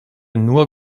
nur